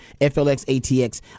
FLXATX